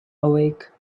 awake